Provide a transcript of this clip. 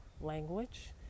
language